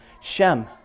Shem